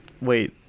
Wait